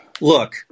look